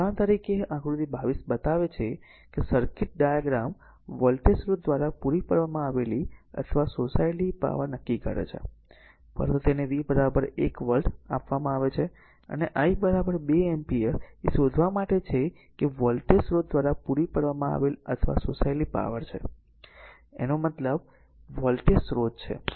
તેથી ઉદાહરણ તરીકે આકૃતિ 22 બતાવે છે કે સર્કિટ ડાયાગ્રામ વોલ્ટેજ સ્રોત દ્વારા પૂરી પાડવામાં આવેલી અથવા શોષાયેલી પાવર નક્કી કરે છે પરંતુ પ્રથમ તેને V 1 વોલ્ટ આપવામાં આવે છે અને I 2 એમ્પીયર એ શોધવા માટે છે કે તે વોલ્ટેજ સ્રોત દ્વારા પૂરી પાડવામાં આવેલ અથવા શોષાયેલી પાવર છે તેનો મતલબ આ વોલ્ટેજ સ્રોત છે